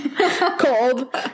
cold